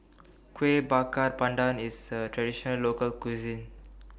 Kueh Bakar Pandan IS A Traditional Local Cuisine